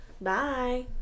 Bye